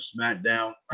SmackDown